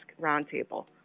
Roundtable